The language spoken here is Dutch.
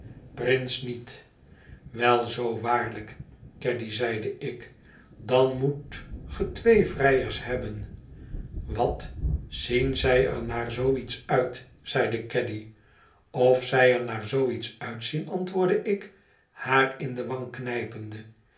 prince niet wel zoo waarlijk caddy zeide ik dan moet ge twee vrijers hebben wat zien zij er naar zoo iets uit zeide caddy of zij er naar zoo iets uitzien antwoordde ik haar in de wang knijpende